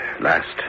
last